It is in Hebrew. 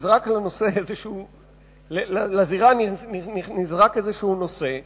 לזירה נזרק נושא כלשהו,